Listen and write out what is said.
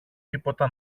τίποτα